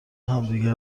همدیگه